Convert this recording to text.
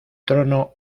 trono